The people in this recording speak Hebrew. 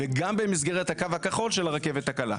וגם במסגרת הקו הכחול של הרכבת הקלה.